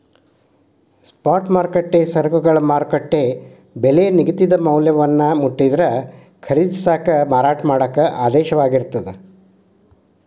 spot ಮಾರುಕಟ್ಟೆ ಸರಕುಗಳ ಮಾರುಕಟ್ಟೆ ಬೆಲಿ ನಿಗದಿತ ಮೌಲ್ಯವನ್ನ ಮುಟ್ಟಿದ್ರ ಖರೇದಿಸಾಕ ಮಾರಾಟ ಮಾಡಾಕ ಆದೇಶವಾಗಿರ್ತದ